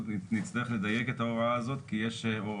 יש חובה,